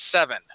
seven